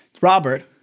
Robert